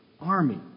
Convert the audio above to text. army